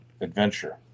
adventure